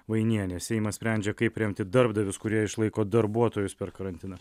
vainienė seimas sprendžia kaip remti darbdavius kurie išlaiko darbuotojus per karantiną